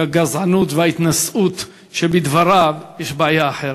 הגזענות וההתנשאות שבדבריו, יש בעיה אחרת,